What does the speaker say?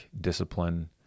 discipline